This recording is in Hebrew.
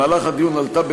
במהלך הדיון עלתה,